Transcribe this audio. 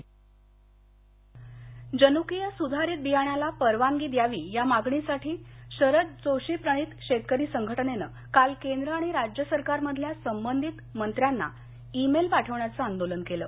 तंत्रज्ञान स्वातंत्र्य लातर जनुकीय सुधारित बियाण्याला परवानगी द्यावी या मागणीसाठी शरद जोशी प्रणित शेतकरी संघटनेनं काल केंद्र आणि राज्य सरकारमधल्या संबंधित मंत्र्यांना ई मेल पाठवण्याचं आंदोलन केलं